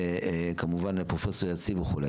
וכמובן פרופסור יציב וכולי.